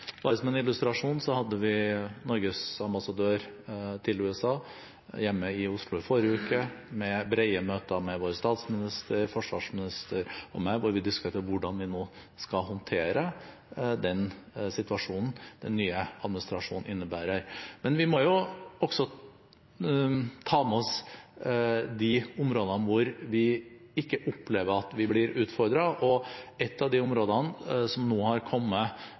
Bare som en illustrasjon: Vi hadde Norges ambassadør til USA hjemme i Oslo i forrige uke, det var brede møter med vår statsminister, forsvarsminister og meg hvor vi diskuterte hvordan vi nå skal håndtere den situasjonen den nye administrasjonen innebærer. Men vi må også ta med oss de områdene hvor vi ikke opplever at vi blir utfordret, og et av de områdene hvor det nå har kommet